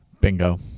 Bingo